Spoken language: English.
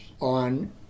on